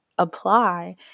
apply